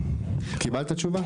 קיבלת תשובה?